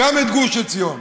גם את גוש עציון.